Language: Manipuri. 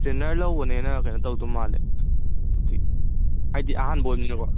ꯇ꯭ꯔꯦꯟꯅꯔ ꯂꯧꯕꯅ ꯍꯦꯟꯅ ꯀꯩꯅꯣ ꯇꯧꯗꯧ ꯃꯥꯜꯂꯦ ꯍꯥꯏꯗꯤ ꯍꯥꯏꯗꯤ ꯑꯍꯥꯟꯕ ꯑꯣꯏꯕꯅꯤꯅꯀꯣ